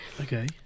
Okay